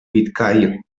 pitcairn